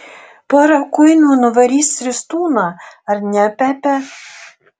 pora kuinų nuvarys ristūną ar ne pepe